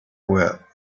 where